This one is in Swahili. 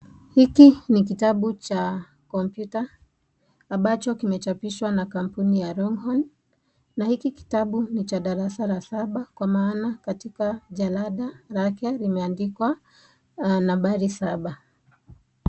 Hiki ni kitabu cha komputa ambacho kimechapishwa na kampuni ya Longhorn. Na hiki kitabu ni Cha darasa la saba kwa maana jalada lake kimeandikwa Nambari saba.